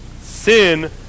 Sin